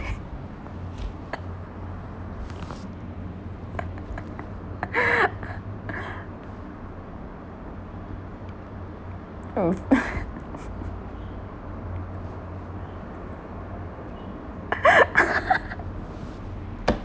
mm